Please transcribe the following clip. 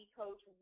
coach